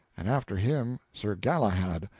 and after him sir galahad.